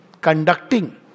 conducting